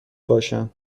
باشم